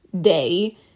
day